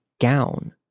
gown